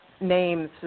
names